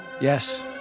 Yes